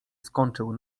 skończył